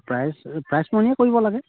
prize prize মনিয়ে কৰিব লাগে